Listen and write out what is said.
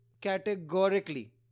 categorically